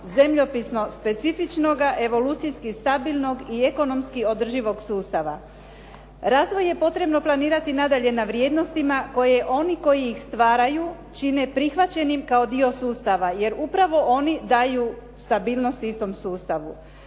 zemljopisno specifičnoga, evolucijski stabilnoga i ekonomski održivog sustava. Razvoj je potrebno planirati nadalje na vrijednostima koje oni koji ih stvaraju čine prihvaćenim kao dio sustava jer upravo oni daju stabilnost istom sustavu.